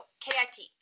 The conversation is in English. K-I-T